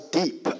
deep